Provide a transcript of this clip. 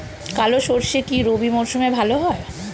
কালো সরষে কি রবি মরশুমে ভালো হয়?